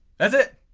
that's it!